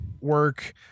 work